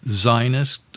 Zionist